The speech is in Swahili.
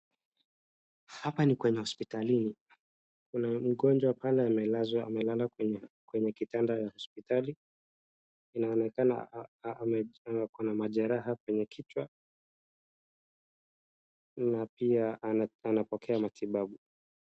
Hapa ni hospitalini. Kuna mgonjwa pale amelazwa kwenye kitanda ya hospitali inaonekana akona majeraha kwenye kichwa na pia anapokea matibabu.